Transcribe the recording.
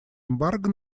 эмбарго